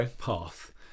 path